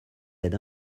aide